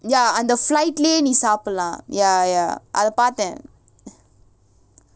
ya அந்த:antha flight லயே நீ சாப்பிடலாம்:layae nee saappidalaam